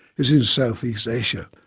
is in south east asia.